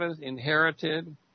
inherited